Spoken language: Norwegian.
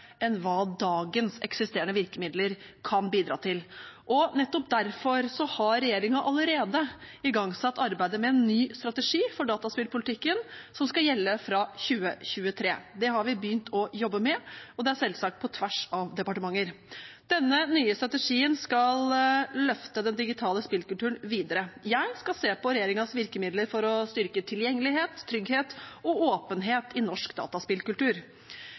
enn hva dagens eksisterende virkemidler kan bidra til. Nettopp derfor har regjeringen allerede igangsatt arbeidet med en ny strategi for dataspillpolitikken, som skal gjelde fra 2023. Det har vi begynt å jobbe med, og det er selvsagt på tvers av departementer. Denne nye strategien skal løfte den digitale spillkulturen videre. Jeg skal se på regjeringens virkemidler for å styrke tilgjengelighet, trygghet og åpenhet i norsk dataspillkultur.